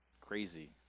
Crazy